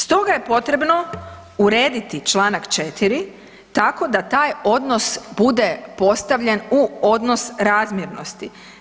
Stoga je potrebno urediti čl. 4. tako da taj odnos bude postavljen u odnos razmjernosti.